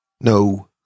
No